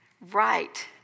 right